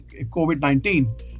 COVID-19